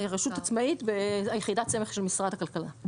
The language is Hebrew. אנחנו רשות עצמאית ויחידת סמך של משרד הכלכלה.